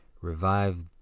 revive